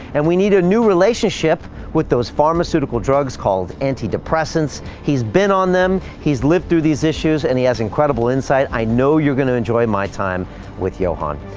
and we need a new relationship with those pharmaceutical drugs called antidepressants. he's been on them, he's lived through these issues and he has incredible insight. i know you're gonna enjoy my time with johann.